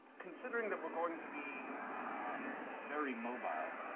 considering that we're going to be very mobile,